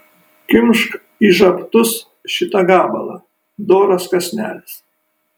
kimšk į žabtus šitą gabalą doras kąsnelis